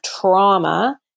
trauma